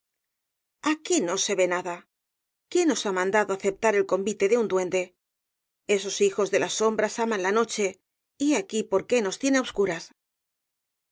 aqmí aquí no se ve nada quién nos ha mandado aceptar el convite de un duende esos hijos de las sombras aman la noche y he ahí por qué nos tiene á obscuras